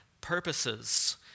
purposes